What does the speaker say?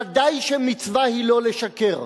ודאי שמצווה היא לא לשקר.